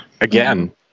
Again